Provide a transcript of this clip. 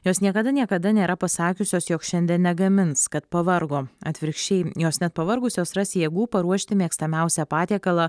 jos niekada niekada nėra pasakiusios jog šiandien negamins kad pavargo atvirkščiai jos net pavargusios ras jėgų paruošti mėgstamiausią patiekalą